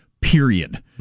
period